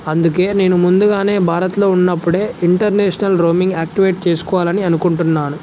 అందుకే నేను ముందుగానే భారత్లో ఉన్నప్పుడే ఇంటర్నేషనల్ రోమింగ్ యాక్టివేట్ చేసుకోవాలని అనుకుంటున్నాను